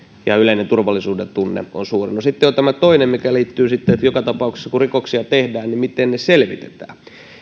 ja että yleinen turvallisuudentunne on suuri no sitten on tämä toinen mikä liittyy siihen että joka tapauksessa kun rikoksia tehdään niin miten ne selvitetään